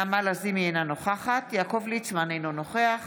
אינה נוכחת יעקב ליצמן, אינו נוכח